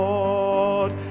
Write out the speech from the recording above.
Lord